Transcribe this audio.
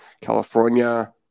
California